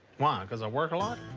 why? because i work a lot?